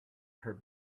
her